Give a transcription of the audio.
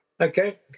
Okay